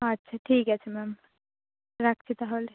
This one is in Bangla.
আচ্ছা ঠিক আছে ম্যাম রাখছি তাহলে